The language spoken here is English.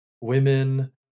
women